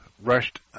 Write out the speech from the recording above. rushed